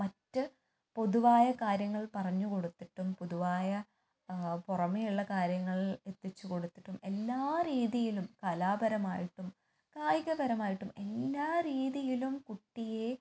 മറ്റ് പൊതുവായ കാര്യങ്ങൾ പറഞ്ഞ് കൊടുത്തിട്ടും പൊതുവായ പുറമെ ഉള്ള കാര്യങ്ങൾ എത്തിച്ച് കൊടുത്തിട്ടും എല്ലാ രീതിയിലും കലാപരമായിട്ടും കായികപരമായിട്ടും എല്ലാ രീതിയിലും കുട്ടിയെ